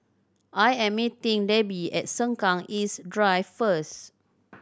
I am meeting Debby at Sengkang East Drive first